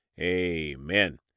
amen